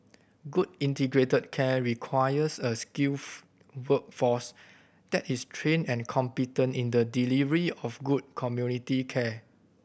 good integrated care requires a skilled workforce that is trained and competent in the delivery of good community care